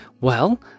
Well